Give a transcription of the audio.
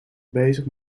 bezig